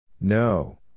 No